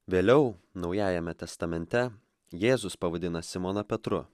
vėliau naujajame testamente jėzus pavadina simoną petru